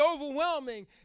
overwhelming